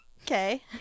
Okay